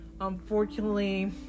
Unfortunately